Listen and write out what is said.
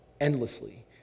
endlessly